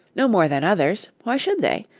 no more than others. why should they?